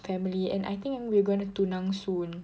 family and I think we're going to tunang soon